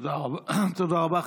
תודה רבה.